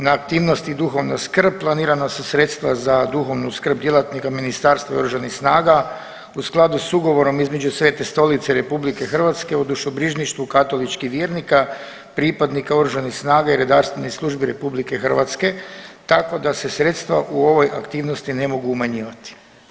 Na aktivnosti duhovna skrb planirana su sredstva za duhovnu skrb djelatnika Ministarstva oružanih snaga u skladu s ugovorom između Svete Stolice i RH o dušobrižništvu katoličkih vjernika pripadnika oružanih snaga i redarstvenih službi RH tako da se sredstva u ovoj aktivnosti ne mogu umanjivati.